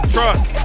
Trust